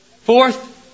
Fourth